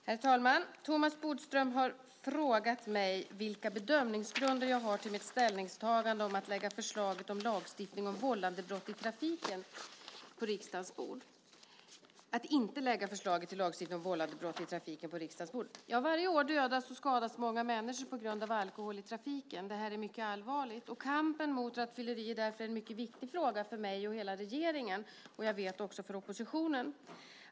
Herr talman! Thomas Bodström har frågat mig vilka bedömningsgrunder jag har till mitt ställningstagande att inte lägga förslaget till lagstiftning om vållandebrott i trafiken på riksdagens bord. Varje år dödas och skadas många människor på grund av alkohol i trafiken. Det här är mycket allvarligt, och kampen mot rattfylleriet är därför en mycket viktig fråga för mig och för hela regeringen. Jag vet att den är det även för oppositionen.